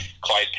Clyde